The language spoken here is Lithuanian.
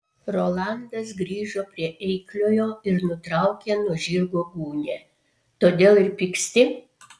rolandas grįžo prie eikliojo ir nutraukė nuo žirgo gūnią todėl ir pyksti